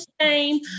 shame